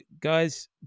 guys